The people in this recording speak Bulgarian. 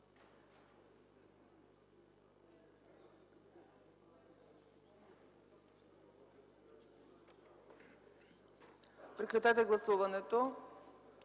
Прекратете гласуването.